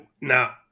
Now